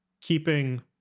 keeping